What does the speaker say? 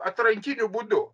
atrankiniu būdu